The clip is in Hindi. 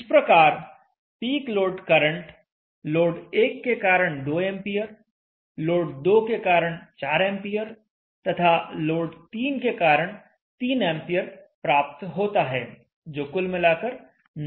इस प्रकार पीक लोड करंट लोड 1 के कारण 2 एंपियर लोड 2 के कारण 4 एंपियर तथा लोड 3 के कारण 3 एंपियर प्राप्त होता है जो कुल मिलाकर 9 एंपियर है